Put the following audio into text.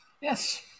Yes